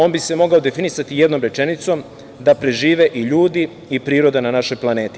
On bi se mogao definisati jednom rečenicom da prežive i ljudi i priroda na našoj planeti.